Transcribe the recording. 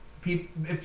people